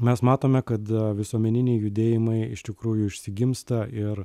mes matome kad visuomeniniai judėjimai iš tikrųjų išsigimsta ir